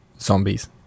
Zombies